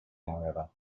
however